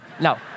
No